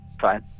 fine